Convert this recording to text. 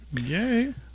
Yay